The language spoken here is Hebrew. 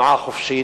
לתנועה חופשית,